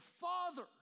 father